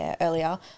earlier